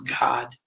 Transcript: God